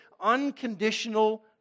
unconditional